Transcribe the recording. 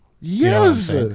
Yes